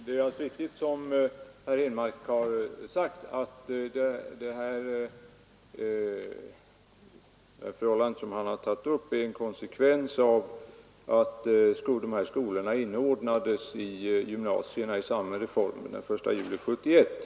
Fru talman! Det som herr Henmark har sagt är alldeles riktigt. Det förhållande som herr Henmark har tagit upp är en konsekvens av att de här skolorna inordnades i gymnasierna i samband med reformen den 1 juli 1971.